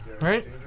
right